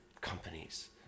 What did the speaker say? companies